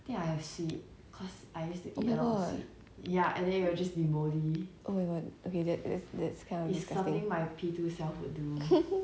oh my god oh my god okay that's that's kind of disgusting mm hmm